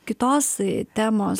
kitos temos